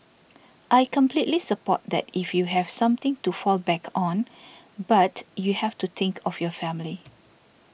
I completely support that if you have something to fall back on but you have to think of your family